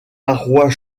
parois